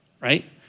right